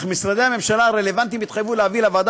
אך משרדי הממשלה הרלוונטיים התחייבו להביא לוועדה